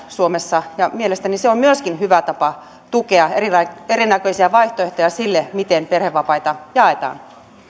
suomessa ja mielestäni se on myöskin hyvä tapa tukea erinäköisiä vaihtoehtoja sille miten perhevapaita jaetaan